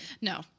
No